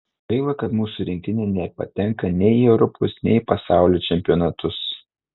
gaila kad mūsų rinktinė nepatenka nei į europos nei į pasaulio čempionatus